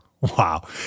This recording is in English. wow